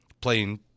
playing